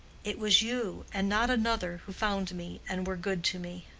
it was you, and not another, who found me and were good to me.